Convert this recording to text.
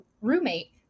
roommate